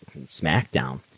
SmackDown